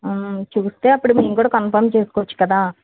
చూస్తే అప్పుడు మేం కూడా కన్ఫర్మ్ చేసుకోవచ్చు కదా